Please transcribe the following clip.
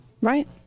right